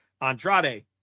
Andrade